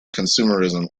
consumerism